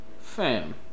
Fam